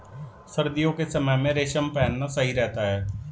सर्दियों के समय में रेशम पहनना सही रहता है